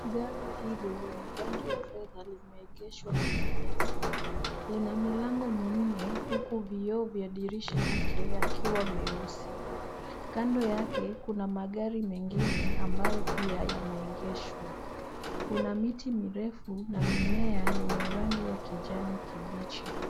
Gari hili lenye rangi ya fedha limeegeshwa kwenye nyasi. Lina milango minne huku vioo vya dirisha yake yakiwa meusi. Kando yake kuna magari mengine ambayo pia yameegeshwa. Kuna miti mirefu na mimea yenye rangi ya kijani kibichi.